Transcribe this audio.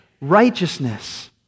righteousness